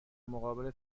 مقابل